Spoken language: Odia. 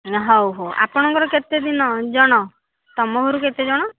ନା ହଉ ହଉ ଆପଣଙ୍କର କେତେଦିନ ଜଣ ତୁମ ଘରୁ କେତେଜଣ